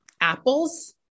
apples